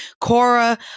cora